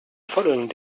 following